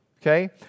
Okay